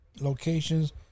locations